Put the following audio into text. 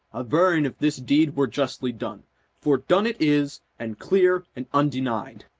averring if this deed were justly done for done it is, and clear and undenied.